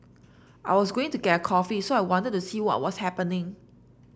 I was going to get a coffee so I wanted to see what was happening